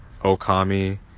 Okami